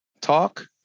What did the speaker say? talk